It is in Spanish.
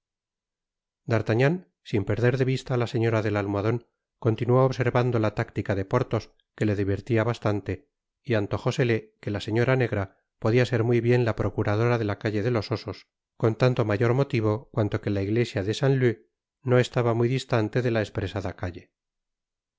d'artagnan sin perder de vista á la señora del almohadon continuó observando la táctica de porthos que le divertía bastante yantojósele que la señora negra podia ser muy bien la procuradora de la calle de los osos con tanto mayor motivo cuanto que la iglesia de saint leu no estaba muy distante de la espresada calle